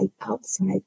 outside